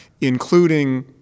including